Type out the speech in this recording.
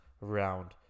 round